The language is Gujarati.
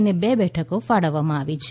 ને બે બેઠક ફાળવવામાં આવી છે